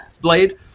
blade